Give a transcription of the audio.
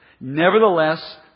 Nevertheless